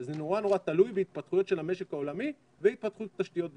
זה נורא תלוי בהתפתחויות של המשק העולמי והתפתחויות התשתיות בישראל.